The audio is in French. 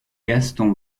gaston